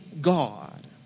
God